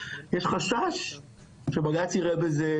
יש חשש שבג"צ יראה בזה